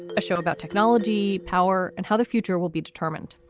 a show about technology power and how the future will be determined.